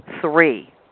three